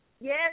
Yes